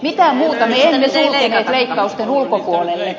mitään muuta me emme sulkeneet leikkausten ulkopuolelle